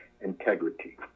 integrity